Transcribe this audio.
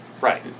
Right